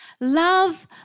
Love